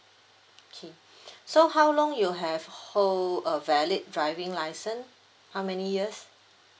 okay so how long you have hold a valid driving license how many years